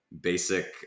basic